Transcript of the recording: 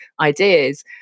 ideas